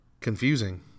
confusing